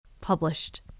published